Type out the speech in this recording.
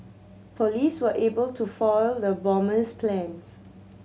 police were able to foil the bomber's plans